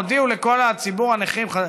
הודיעו לכל ציבור הנכים,